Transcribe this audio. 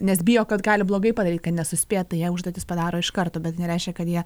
nes bijo kad gali blogai padaryt kad nesuspėt tai užduotis padaro iš karto bet nereiškia kad jie